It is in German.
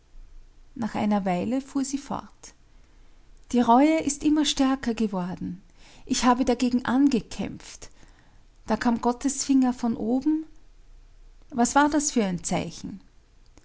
nach einer weile fuhr sie fort die reue ist immer stärker geworden ich habe dagegen angekämpft da kam gottes finger von oben was war das für ein zeichen